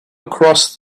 across